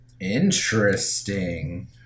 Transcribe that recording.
Interesting